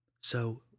So